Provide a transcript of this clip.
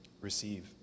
Receive